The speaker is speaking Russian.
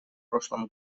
прошлом